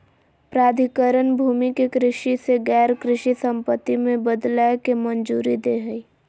प्राधिकरण भूमि के कृषि से गैर कृषि संपत्ति में बदलय के मंजूरी दे हइ